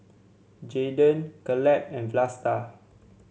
Jaydon Caleb and Vlasta